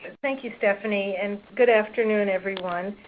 thank you, stephanie. and good afternoon, everyone.